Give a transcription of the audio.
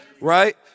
right